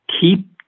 keep